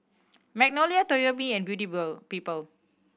Magnolia Toyomi and Beauty Boll People